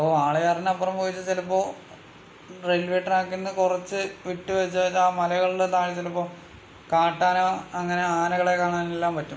അപ്പോൾ വാളയാറിനപ്പുറം പോയിട്ട് ചിലപ്പോൾ റെയിൽ വേ ട്രാക്കിൽ നിന്ന് കുറച്ച് വിട്ട് വെച്ചേച്ചാൽ ആ മലകളുടെ താഴെ ചിലപ്പോൾ കാട്ടാനകൾ അങ്ങനെ ആനകളെ കാണാനെല്ലാം പറ്റും